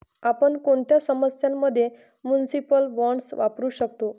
आपण कोणत्या समस्यां मध्ये म्युनिसिपल बॉण्ड्स वापरू शकतो?